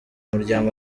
muryango